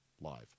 live